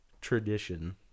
tradition